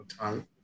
time